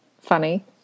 funny